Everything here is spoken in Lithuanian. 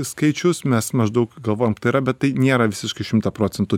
skaičius mes maždaug galvojam tai yra bet tai niera visiškai šimtą procentų